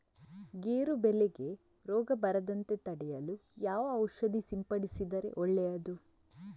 ಗೇರು ಬೆಳೆಗೆ ರೋಗ ಬರದಂತೆ ತಡೆಯಲು ಯಾವ ಔಷಧಿ ಸಿಂಪಡಿಸಿದರೆ ಒಳ್ಳೆಯದು?